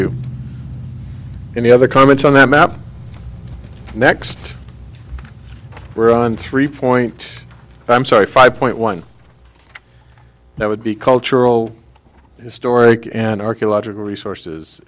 the other comments on that map next we're on three point five sorry five point one that would be cultural historic and archeological resources